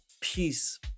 peace